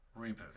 Reboot